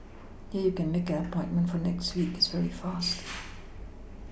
here you can make an appointment for next week it's very fast